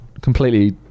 completely